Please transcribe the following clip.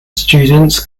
students